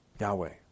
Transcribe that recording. Yahweh